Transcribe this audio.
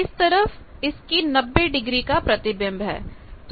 इस तरफ इसकी 90 डिग्री का प्रतिबिंब है